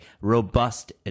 robust